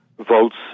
votes